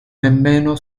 nemmeno